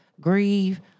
grieve